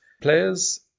players